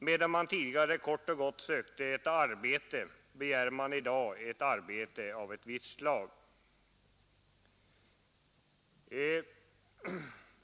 Medan man tidigare kort och gott sökte ett arbete, begär man i dag arbete av ett visst slag.